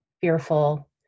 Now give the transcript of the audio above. fearful